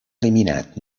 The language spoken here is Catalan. eliminat